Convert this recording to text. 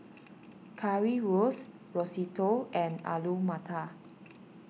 Currywurst Risotto and Alu Matar